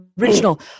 original